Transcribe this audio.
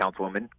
councilwoman